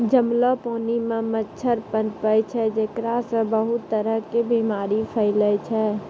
जमलो पानी मॅ मच्छर पनपै छै जेकरा सॅ बहुत तरह के बीमारी फैलै छै